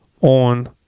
on